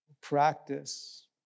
practice